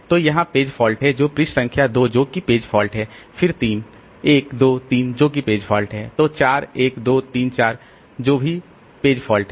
तो वहां page fault है तो पृष्ठ संख्या 2 जो कि पेज फॉल्ट है फिर 3 1 2 3 जो कि पेज फॉल्ट है तो 4 1 2 3 4 जो भी पेज फॉल्ट है